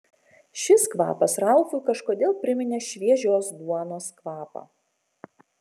šis kvapas ralfui kažkodėl priminė šviežios duonos kvapą